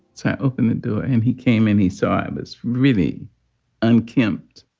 so open the door and he came in, he saw i was really unkempt,